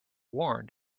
warned